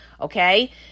okay